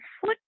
foot